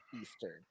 eastern